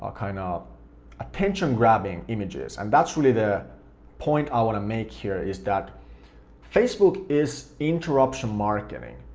ah kind of attention-grabbing images, and that's really the point i want to make here is that facebook is interruption marketing.